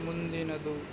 ಮುಂದಿನದು